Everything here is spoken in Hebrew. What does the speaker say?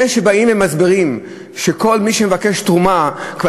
זה שבאים ומסבירים שכל מי שמבקש תרומה כבר